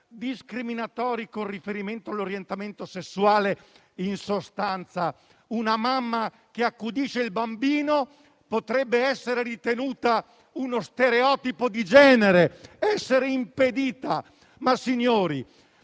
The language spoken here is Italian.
discriminatori in riferimento all'orientamento sessuale. In sostanza, una mamma che accudisce il bambino potrebbe essere ritenuta uno stereotipo di genere e potrebbe esserne